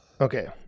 Okay